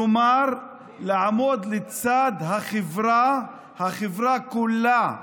כלומר לעמוד לצד החברה כולה,